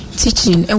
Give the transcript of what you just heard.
teaching